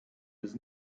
does